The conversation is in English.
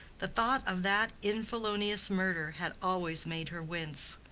the thought of that infelonious murder had always made her wince.